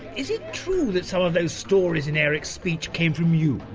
is it true that some of those stories in eric's speech came from you?